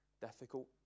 difficult